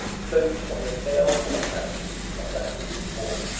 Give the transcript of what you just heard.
flowed from the baleful fountain of the holy war.